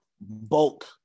bulk